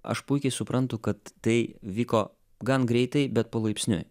aš puikiai suprantu kad tai vyko gan greitai bet palaipsniui